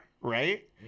right